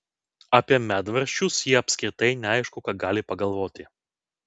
apie medvaržčius ji apskritai neaišku ką gali pagalvoti